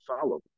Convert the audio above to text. follow